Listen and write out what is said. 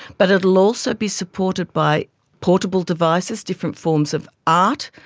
but it will also be supported by portable devices, different forms of art.